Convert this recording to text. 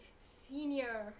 senior